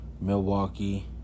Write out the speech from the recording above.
Milwaukee